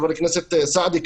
חבר הכנסת סעדי,